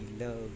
love